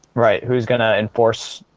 right who's gonna enforce?